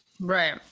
Right